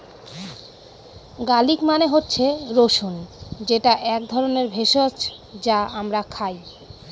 garlic মানে হচ্ছে রসুন যেটা এক ধরনের ভেষজ যা আমরা খাই